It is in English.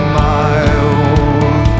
miles